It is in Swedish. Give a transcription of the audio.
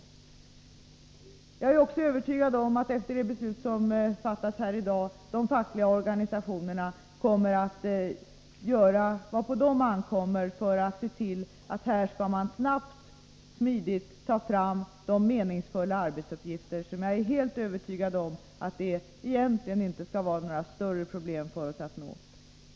Jag är också övertygad om att de fackliga organisationerna, efter det beslut som fattas här i dag, kommer att göra vad på dem ankommer för att se till att snabbt och smidigt ta fram meningsfulla arbetsuppgifter. Jag är helt övertygad om att det egentligen inte skall behöva innebära några större problem att uppnå detta.